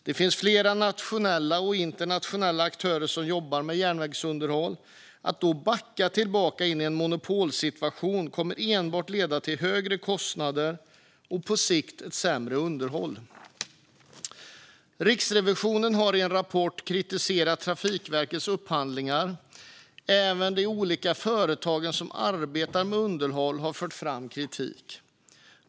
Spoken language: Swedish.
Det finns flera nationella och internationella aktörer som jobbar med järnvägsunderhåll, och att då backa tillbaka in i en monopolsituation kommer enbart att leda till högre kostnader och på sikt ett sämre underhåll. Riksrevisionen har i en rapport kritiserat Trafikverkets upphandlingar, och även de olika företag som arbetar med underhåll har fört fram kritik.